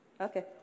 Okay